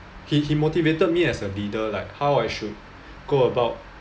he he motivated me as a leader like how I should go about